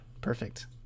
perfect